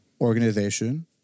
organization